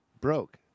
broke